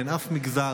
אין אף מגזר,